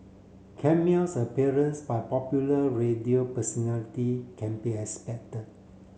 cameos appearance by popular radio personality can be expected